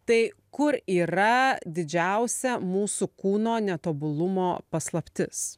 tai kur yra didžiausia mūsų kūno netobulumo paslaptis